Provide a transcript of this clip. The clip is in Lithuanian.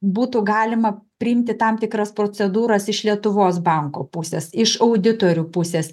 būtų galima priimti tam tikras procedūras iš lietuvos banko pusės iš auditorių pusės